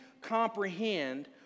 comprehend